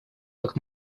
как